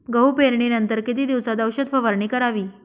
गहू पेरणीनंतर किती दिवसात औषध फवारणी करावी?